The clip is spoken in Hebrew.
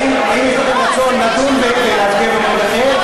האם יש לכם רצון לדון ולהצביע במועד אחר?